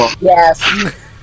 Yes